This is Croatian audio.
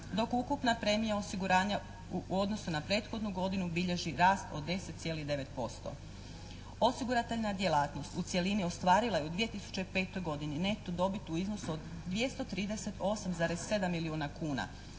dok ukupna premija osiguranja u odnosu na prethodnu godinu bilježi rast od 10,9%. Osigurateljna djelatnost u cjelini ostvarila je u 2005. godini neto dobit u iznosu od 238,7 milijuna kuna.